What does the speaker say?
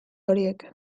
horiek